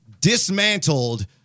dismantled